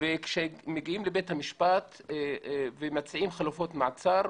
וכשמגיעים לבית המשפט ומציעים חלופות מעצר,